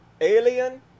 alien